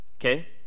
Okay